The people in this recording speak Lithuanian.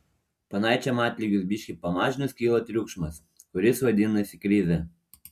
ponaičiam atlygius biški pamažinus kyla triukšmas kuris vadinasi krize